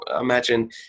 imagine